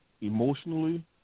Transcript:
emotionally